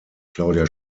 claudia